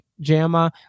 JAMA